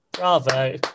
Bravo